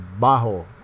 Bajo